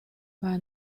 one